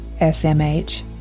SMH